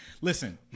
Listen